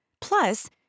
Plus